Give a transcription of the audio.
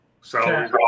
salary